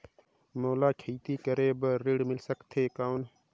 मोला खेती करे बार ऋण मिल सकथे कौन?